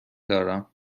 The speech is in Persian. دارم